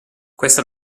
questa